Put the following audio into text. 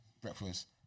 breakfast